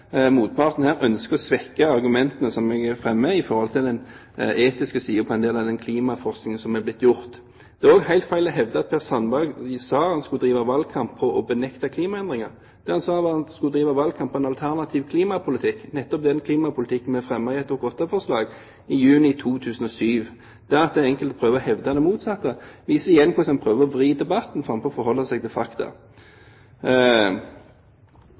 her ønsker å svekke argumentene som vi fremmer, når det gjelder den etiske siden av den klimaforskningen som er blitt gjort. Det er også helt feil å hevde at Per Sandberg sa at han skulle drive valgkamp på å benekte klimaendringer. Det han sa, var at han skulle drive valgkamp på en alternativ klimapolitikk, nettopp den klimapolitikken vi fremmet i et Dokument nr. 8-forslag i juni 2007. Det at enkelte prøver å hevde det motsatte, viser igjen hvordan man prøver å vri debatten, framfor å holde seg til fakta.